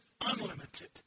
unlimited